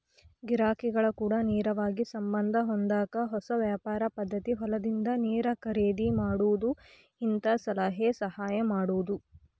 ಗಿರಾಕಿಗಳ ಕೂಡ ನೇರವಾಗಿ ಸಂಬಂದ ಹೊಂದಾಕ ಹೊಸ ವ್ಯಾಪಾರ ಪದ್ದತಿ ಹೊಲದಿಂದ ನೇರ ಖರೇದಿ ಮಾಡುದು ಹಿಂತಾ ಸಲಹೆ ಸಹಾಯ ಮಾಡುದು